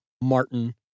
Martin